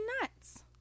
nuts